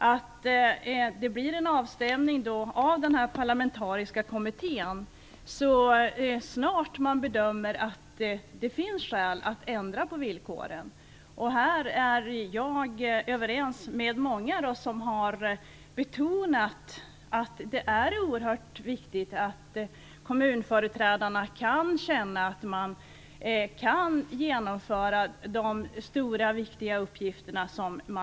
Det måste bli en avstämning av den parlamentariska kommittén så snart man bedömer att det finns skäl att ändra villkoren. Här är jag överens med många andra, som har betonat att det är oerhört viktigt att kommunföreträdarna kan känna att de stora och viktiga uppgifter man har på sitt ansvar kan genomföras.